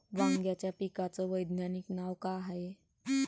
वांग्याच्या पिकाचं वैज्ञानिक नाव का हाये?